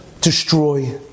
destroy